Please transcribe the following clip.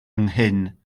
nghyn